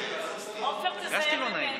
עופר, תיזהר ממני.